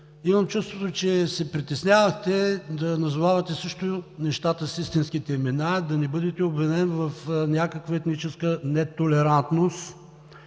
Имам чувството, че се притеснявате да назовавате също нещата с истинските им имена, да не бъдете убеден в някаква етническа нетолерантност